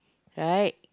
right